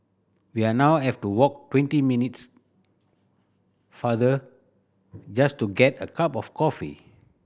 we are now have to walk twenty minutes farther just to get a cup of coffee